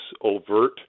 overt